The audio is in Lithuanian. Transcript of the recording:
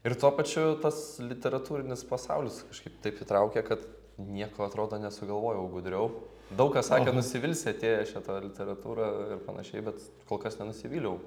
ir tuo pačiu tas literatūrinis pasaulis kažkaip taip įtraukia kad nieko atrodo nesugalvojau gudriau daug kas sakė nusivilsi atėjęs čia ta literatūra ir panašiai bet kol kas nenusivyliau